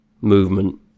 movement